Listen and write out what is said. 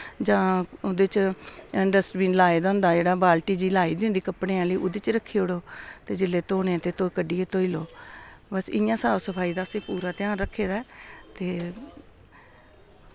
जां ओह्दे च डस्टबिन लाए दा होंदा जेह्ड़ा बाल्टी जेही लाई दी होंदी कपड़ें आह्ली ओह्दे च रक्खी ओड़ो ते जिल्लै धोने ते तुस कड्ढियै धोई लो बस इ'यां साफ सफाई दा असें पूरा ध्यान रक्खे दा ऐ ते